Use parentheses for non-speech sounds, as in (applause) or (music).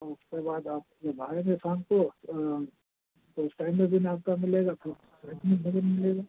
और उसके बाद आप जब आएँगे शाम को तो उस टाइम में भी नाश्ता मिलेगा फिर (unintelligible) मिलेगा